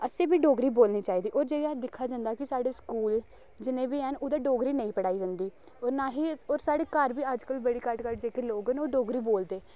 असें बी डोगरी बोलनी चाहिदी होर जियां दिक्खेआ जंदा कि साढ़े स्कूल जिन्ने बी हैन उत्थै डोगरी नेईं पढ़ाई जंदी होर नां ही साढ़े घर बी अज्जकल बड़े घट्ट घट्ट जेह्के लोग न ओह् डोगरी बोलदे